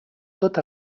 tot